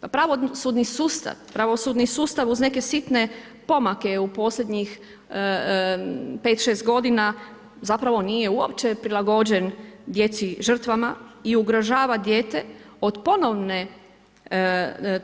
Pa pravosudni sustav uz neke sitne pomake u posljednjih 5, 6 godina zapravo nije uopće prilagođen djeci žrtvama i ugrožava dijete od ponovne